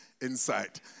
inside